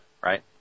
Right